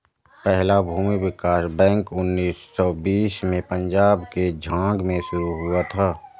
पहला भूमि विकास बैंक उन्नीस सौ बीस में पंजाब के झांग में शुरू हुआ था